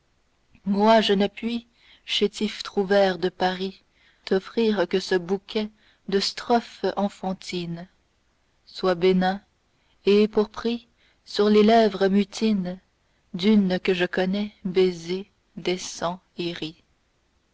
moi je ne puis chétif trouvère de paris t'offrir que ce bouquet de strophes enfantines sois bénin et pour prix sur les lèvres mutines d'une que je connais baiser descends et ris